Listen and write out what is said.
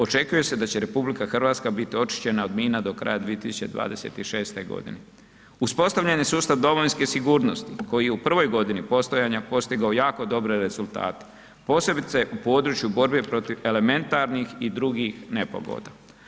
Očekuje se da će RH bit očišćena od mina do kraja 2026.g. Uspostavljen je sustav domovinske sigurnosti koji je u prvoj godini postojanja postigao jako dobre rezultate, posebice u području borbe protiv elementarnih i drugih nepogoda.